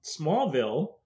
Smallville